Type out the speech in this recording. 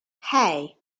hey